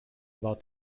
about